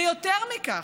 ויותר מכך,